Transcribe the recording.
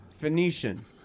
Phoenician